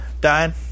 dying